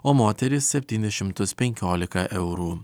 o moterys septynis šimtus penkioliką eurų